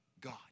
God